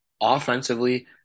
offensively